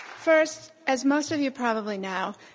first, as most of you probably know,